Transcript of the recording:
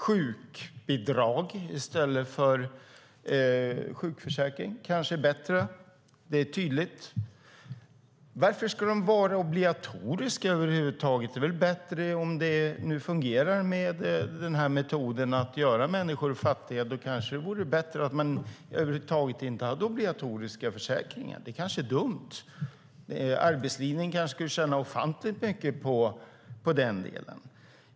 Sjukbidrag i stället för sjukförsäkring kanske är bättre. Det är tydligt. Varför ska de vara obligatoriska över huvud taget? Det är väl bättre, om det nu fungerar med den här metoden att göra människor fattiga, att inte ha obligatoriska försäkringar. Det kanske är dumt att de är obligatoriska. Arbetslinjen kanske skulle tjäna ofantligt mycket på det.